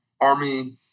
Army